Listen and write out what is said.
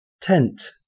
Tent